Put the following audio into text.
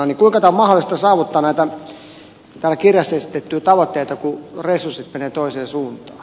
kuinka on mahdollista saavuttaa näitä kirjassa esitettyjä tavoitteita kun resurssit menevät toiseen suuntaan